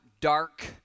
dark